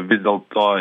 vis dėlto